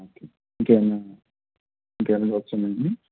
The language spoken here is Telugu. ఇంకా ఏమైన ఇంకా ఏమైన డౌట్స్ ఉన్నాయా అండి